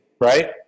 Right